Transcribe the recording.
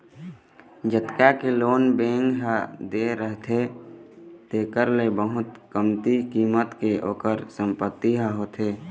जतका के loan bank ह दे रहिथे तेखर ले बहुत कमती कीमत के ओखर संपत्ति ह होथे